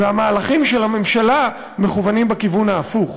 והמהלכים של הממשלה מכוונים בכיוון ההפוך: